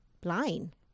blind